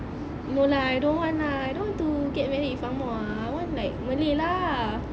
no lah I don't want lah I don't want to get married with ang moh ah I want like malay lah